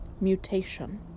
mutation